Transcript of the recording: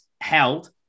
held